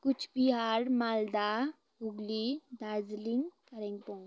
Cooch Behar Malda Hooghly Darjeeling Kalimpong